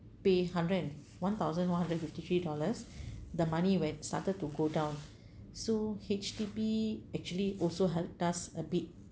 pay hundred and one thousand one hundred fifty three dollars the money right started to go down so H_D_B actually also helped us a bit